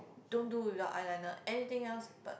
don't do without eyeliner anything else but